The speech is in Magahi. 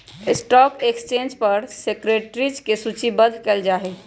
स्टॉक एक्सचेंज पर सिक्योरिटीज के सूचीबद्ध कयल जाहइ